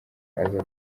aza